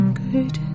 good